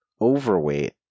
overweight